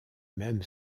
même